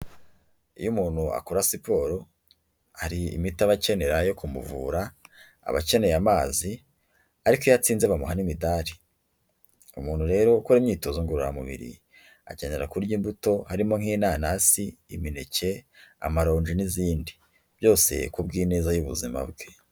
Iyo umuntu akora siporo hari imiti aba akenera yo kumuvura, aba akeneye amazi, ariko iyo atsinze bamuha n'imidari, umuntu rero ukora imyitozo ngororamubiri akenera kurya imbuto harimo nk'inanasi, imineke, amarongi, n'izindi, byose kubw'ineza y'ubuzima bwe.